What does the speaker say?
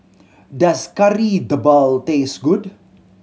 does Kari Debal taste good